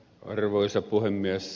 arvoisa puhemies